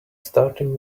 starting